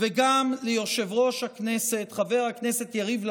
וגם ליושב-ראש הכנסת חבר הכנסת יריב לוין,